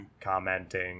commenting